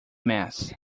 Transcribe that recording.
mass